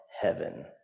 heaven